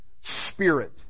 spirit